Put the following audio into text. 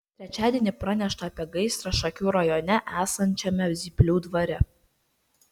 trečiadienį pranešta apie gaisrą šakių rajone esančiame zyplių dvare